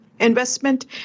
investment